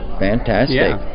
Fantastic